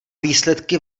výsledky